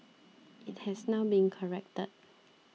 it has now been corrected